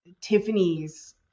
tiffany's